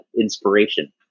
inspiration